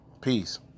peace